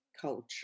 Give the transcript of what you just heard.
culture